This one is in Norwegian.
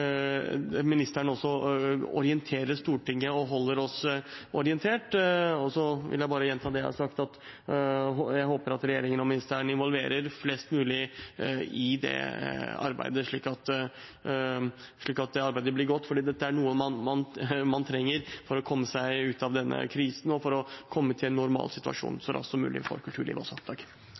ministeren også orienterer Stortinget, holder oss orientert. Og så vil jeg bare gjenta det jeg har sagt, at jeg håper at regjeringen og ministeren involverer flest mulig i dette arbeidet, slik at arbeidet blir godt. For dette er noe man trenger for å komme seg ut av denne krisen og for å komme i en normalsituasjon så raskt som mulig for kulturlivet også. Ja, dette er krevende tider. Det er krevende dager. Det har det vært for veldig mange felt og